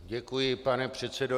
Děkuji, pane předsedo.